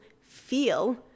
feel